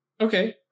Okay